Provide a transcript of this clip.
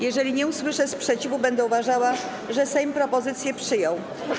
Jeżeli nie usłyszę sprzeciwu, będę uważała, że Sejm propozycję przyjął.